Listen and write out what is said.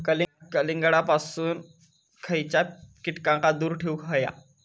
कलिंगडापासून खयच्या कीटकांका दूर ठेवूक व्हया?